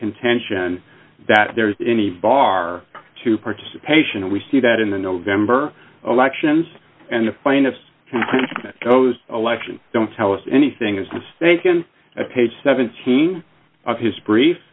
contention that there is any bar to participation and we see that in the november elections and the plaintiff's close election don't tell us anything is mistaken at page seventeen of his brief